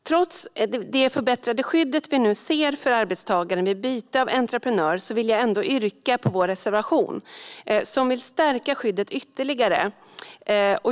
Trots det förbättrade skydd som vi nu ser för arbetstagaren vid byte av entreprenör vill jag ändå yrka bifall till vår reservation om att stärka skyddet ytterligare.